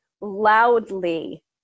loudly